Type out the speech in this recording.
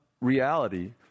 reality